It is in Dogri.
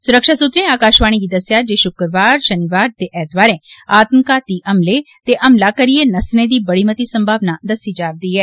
सुरक्षा सूत्रें आकाशवाणी गी दस्सेआ जे शुक्रवार शनिवार ते ऐतवारें आत्मघाती हमले ते हमला करियै नस्सने दी बड़ी मती संभावना दस्सी जादी ऐ